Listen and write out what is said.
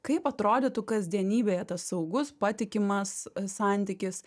kaip atrodytų kasdienybėje tas saugus patikimas santykis